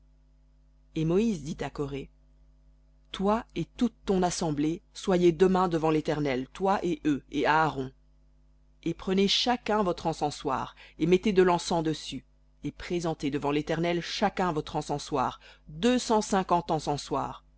et moïse dit à coré toi et toute ton assemblée soyez demain devant l'éternel toi et eux et aaron et prenez chacun votre encensoir et mettez de l'encens dessus et présentez devant l'éternel chacun votre encensoir deux cent